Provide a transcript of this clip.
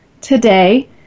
today